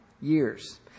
years